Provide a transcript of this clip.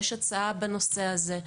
יש הצעה בנושא הזה.